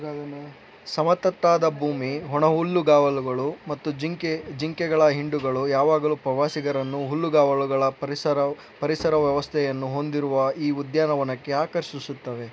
ಸಮತಟ್ಟಾದ ಭೂಮಿ ಒಣ ಹುಲ್ಲುಗಾವಲುಗಳು ಮತ್ತು ಜಿಂಕೆ ಜಿಂಕೆಗಳ ಹಿಂಡುಗಳು ಯಾವಾಗಲು ಪ್ರವಾಸಿಗರನ್ನು ಹುಲ್ಲುಗಾವಲುಗಳ ಪರಿಸರ ಪರಿಸರ ವ್ಯವಸ್ಥೆಯನ್ನು ಹೊಂದಿರುವ ಈ ಉದ್ಯಾನವನಕ್ಕೆ ಆಕರ್ಷಿಸುತ್ತವೆ